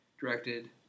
directed